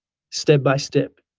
step by step.